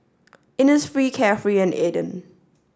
Innisfree Carefree and Aden